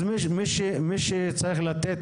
אז מי שצריך לתת,